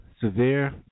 Severe